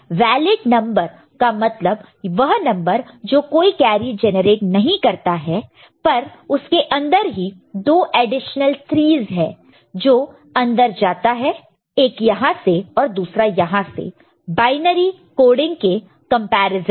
valid number का मतलब वह नंबर जो कोई कैरी जनरेट नहीं करता है पर उसके अंदर ही दो एडिशनल 3's है जो अंदर जाता है एक यहां से और दूसरा यहां से बायनरी कोडिंग के कंपैरिजन में